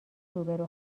روبرو